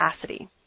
capacity